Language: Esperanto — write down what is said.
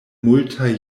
multaj